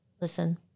listen